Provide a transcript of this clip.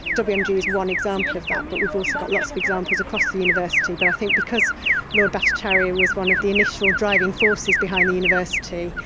wmg is one example of that, but we've also got lots of examples across the university, but i think because lord bhattacharyya was one of the initial driving forces behind the university,